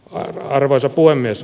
arvoisa puhemies